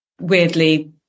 weirdly